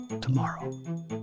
tomorrow